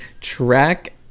Track